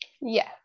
Yes